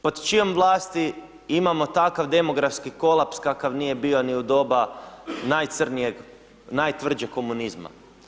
Pod čijom vlasti imamo takav demografski kolaps kakav nije bio ni u doba najcrnjeg, najtvrđeg komunizma?